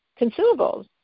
consumables